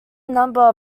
number